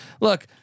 Look